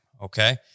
Okay